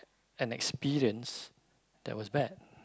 an experience that was bad